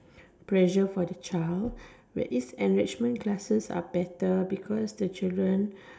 pressure for the child but these enrichment classes are better because the children